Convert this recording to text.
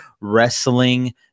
wrestling